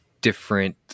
different